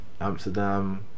Amsterdam